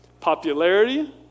Popularity